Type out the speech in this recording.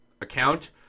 account